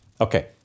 Okay